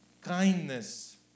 kindness